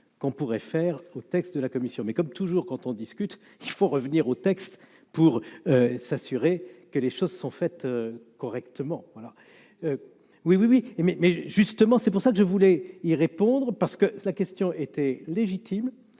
qu'on pourrait faire au texte de la commission, mais comme toujours, quand on discute, il faut revenir au texte pour s'assurer que les choses sont faites correctement voilà, oui, oui, oui, mais justement c'est pour ça que je voulais y répondre parce que la question était légitime